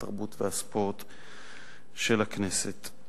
התרבות והספורט של הכנסת.